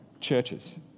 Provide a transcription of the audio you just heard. churches